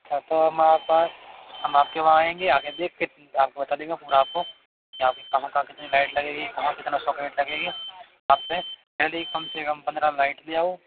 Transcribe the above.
अच्छा तो हम आपके पास हम आपको वहाँ आएंगे आके देख के आपको बता देंगे पूरा आपको या आपकेकहाँ कहाँ कितनी लाइट लगेंगी कहाँ कितना सोकिट लगेगी आप से पहले ही कम से कम पन्द्रह लाइट ले आओ